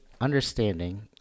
understanding